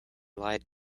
lied